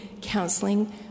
counseling